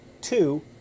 two